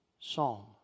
psalm